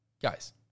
Guys